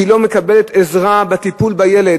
ולא מקבלת עזרה בטיפול בילד.